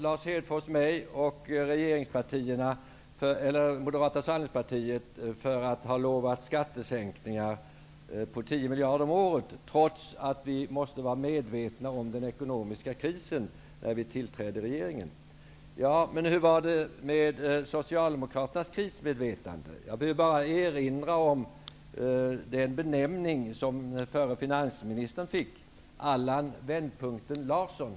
Lars Hedfors anklagar Moderata samlingspartiet för att ha lovat skattesänkningar om 10 miljarder per år, trots att vi måste ha varit medvetna om den ekonomiska krisen när vi gick in i regeringen. Men hur var det med Socialdemokraternas krismedvetande? Jag behöver bara erinra om den benämning som den förre finansministern fick - Allan ''vändpunkten'' Larsson.